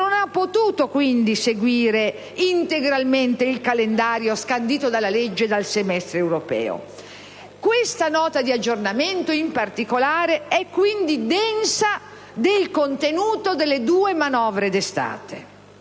non ha potuto quindi seguire integralmente il calendario scandito dalla legge e dal semestre europeo. Questa Nota di aggiornamento, in particolare, è quindi densa del contenuto delle due manovre d'estate.